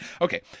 Okay